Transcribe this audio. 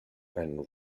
and